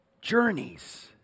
Journeys